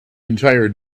entire